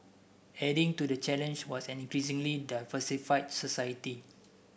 adding to the challenge was an increasingly diversified society